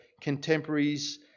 contemporaries